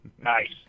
Nice